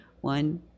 one